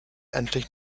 endlich